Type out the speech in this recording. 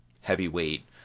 heavyweight